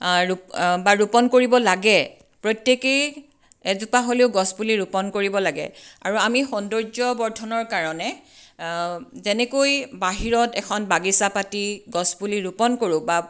আৰু বা ৰোপণ কৰিব লাগে প্ৰত্যেকেই এজোপা হ'লেও গছপুলি ৰোপণ কৰিব লাগে আৰু আমি সৌন্দৰ্য বৰ্ধনৰ কাৰণে যেনেকৈ বাহিৰত এখন বাগিচা পাতি গছপুলি ৰোপণ কৰোঁ বা